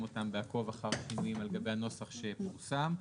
אותם בעקוב אחר שינויים על גבי הנוסח שפורסם.